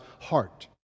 heart